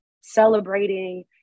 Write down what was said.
celebrating